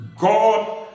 God